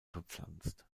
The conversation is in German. bepflanzt